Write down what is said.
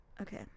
Okay